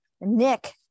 Nick